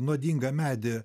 nuodingą medį